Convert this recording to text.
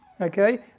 okay